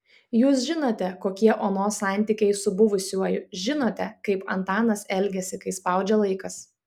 jūs žinote kokie onos santykiai su buvusiuoju žinote kaip antanas elgiasi kai spaudžia laikas